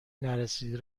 نرسیده